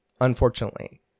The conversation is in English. unfortunately